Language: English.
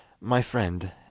my friend,